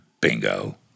Bingo